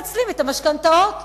בגלל זה הם לא מנצלים את המשכנתאות.